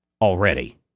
already